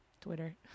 Twitter